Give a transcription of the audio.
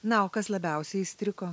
na o kas labiausiai įstrigo